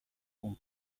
اون